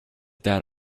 that